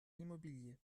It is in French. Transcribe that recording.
l’immobilier